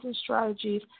strategies